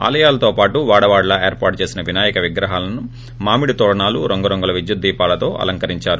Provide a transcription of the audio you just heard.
ఆలయాలతో పాటు వాడవాడలా ఏర్పాటు చేసిన వినాయక విగ్రహాలను మామాడితోరణాలు రంగు రంగుల విద్యుద్దీపాలతో అలంకరించారు